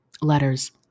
Letters